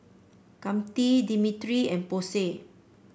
Katy Dimitri and Posey